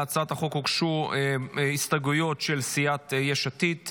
להצעת החוק הוגשו הסתייגויות של סיעת יש עתיד.